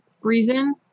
reason